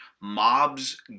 mobs